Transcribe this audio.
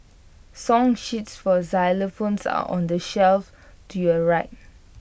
song sheets for xylophones are on the shelf to your right